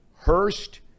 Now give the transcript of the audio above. Hurst